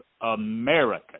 American